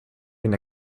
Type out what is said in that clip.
been